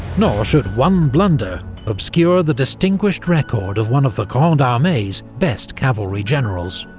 nor should one blunder obscure the distinguished record of one of the grande armee's best cavalry generals.